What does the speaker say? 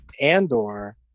andor